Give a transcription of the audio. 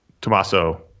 Tommaso